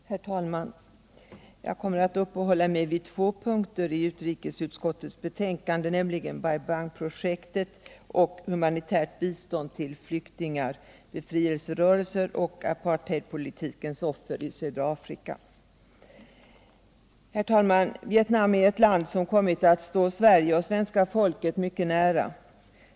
Herr talman! Jag kommer att uppehålla mig vid två punkter i utrikesutskottets betänkande, nämligen Bai Bang-projektet i Vietnam och Humanitärt bistånd till flyktingar, befrielserörelser och apartheidpolitikens offer i södra Afrika. Vietnam är ett land som kommit att stå Sverige och svenska folket mycket nära.